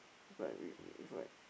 is like we we is like